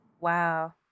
Wow